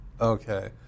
Okay